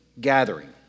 gathering